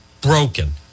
broken